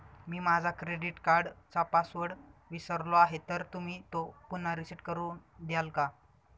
मी माझा क्रेडिट कार्डचा पासवर्ड विसरलो आहे तर तुम्ही तो पुन्हा रीसेट करून द्याल का?